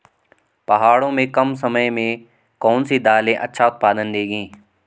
पहाड़ों में कम समय में कौन सी दालें अच्छा उत्पादन देंगी?